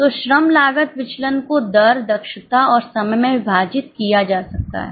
तो श्रम लागत विचलन को दर दक्षता और समय में विभाजित किया जा सकता है